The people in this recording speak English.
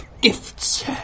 gifts